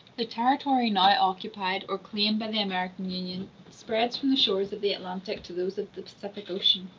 the territory now occupied or claimed by the american union spreads from the shores of the atlantic to those of the pacific ocean.